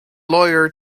lawyer